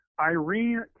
Irene